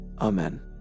Amen